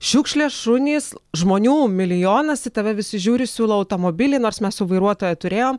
šiukšlės šunys žmonių milijonas į tave visi žiūri siūlo automobilį nors mes jau vairuotoją turėjom